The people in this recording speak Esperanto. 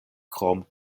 krom